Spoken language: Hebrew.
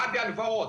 גדי הלוואות.